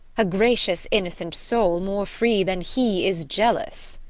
a gracious innocent soul, more free than he is jealous.